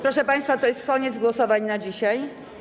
Proszę państwa, to jest koniec głosowań na dzisiaj.